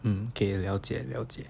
hmm 可以了解了解